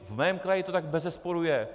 V mém kraji to tak bezesporu je.